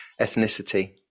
ethnicity